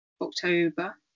October